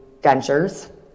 dentures